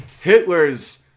Hitler's